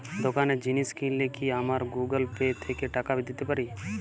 দোকানে জিনিস কিনলে কি আমার গুগল পে থেকে টাকা দিতে পারি?